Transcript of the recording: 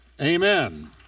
Amen